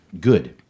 good